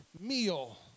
meal